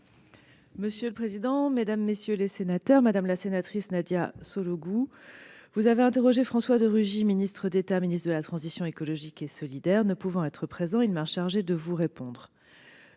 La parole est à Mme la secrétaire d'État. Madame la sénatrice Nadia Sollogoub, vous avez interrogé François de Rugy, ministre d'État, ministre de la transition écologique et solidaire. Ne pouvant être présent, il m'a chargée de vous répondre.